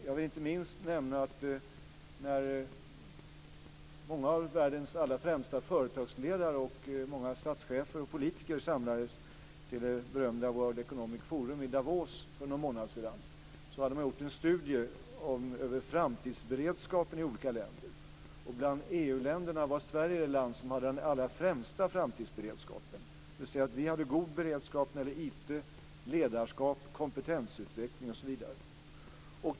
Jag vill inte minst nämna att när många av världens allra främsta företagsledare och många statschefer och politiker samlades till det berömda World Economic Forum i Davos för någon månad sedan hade man gjort en studie över framtidsberedskapen i olika länder. Bland EU-länderna var Sverige det land som hade den allra främsta framtidsberedskapen. Vi hade god beredskap när det gäller IT, ledarskap, kompetensutveckling, osv.